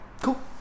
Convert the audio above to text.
Cool